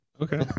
Okay